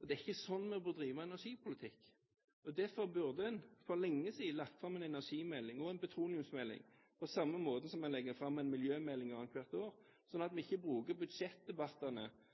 Det er ikke slik en bør drive energipolitikk. Derfor burde en for lenge siden ha lagt fram en energimelding og en petroleumsmelding, på samme måten som en legger fram en miljømelding annet hvert år, slik at